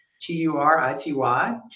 t-u-r-i-t-y